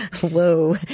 Whoa